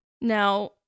Now